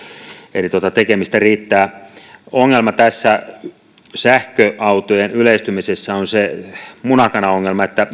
eli tekemistä riittää ongelma tässä sähköautojen yleistymisessä on se muna kana ongelma että